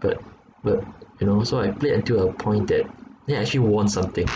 but but and also I played until a point that then I actually won something